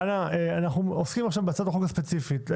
אנו עוסקים בהצעת חוק ספציפית.